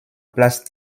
place